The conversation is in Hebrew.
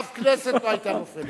אף כנסת לא היתה נופלת.